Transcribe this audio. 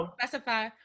specify